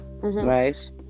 Right